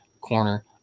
corner